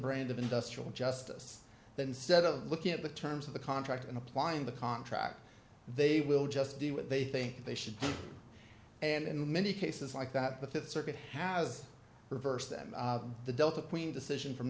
brand of industrial justice that instead of looking at the terms of the contract and applying the contract they will just do what they think they should and in many cases like that but that circuit has reversed that the delta queen decision from